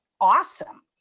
awesome